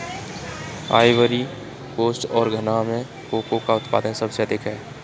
Ivory coast और घना में कोको का उत्पादन सबसे अधिक है